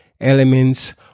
elements